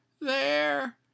there